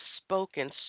spoken